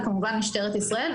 וכמובן משטרת ישראל,